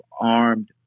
armed